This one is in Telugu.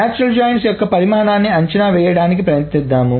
నాచురల్ జాయిన్స్ యొక్క పరిమాణాన్ని అంచనా వేయడానికి ప్రయత్నిద్దాం